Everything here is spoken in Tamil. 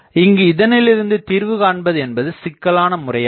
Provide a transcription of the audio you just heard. இங்கு இதனிலிருந்து தீர்வு காண்பது என்பது சிக்கலான முறையாகும்